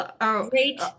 Great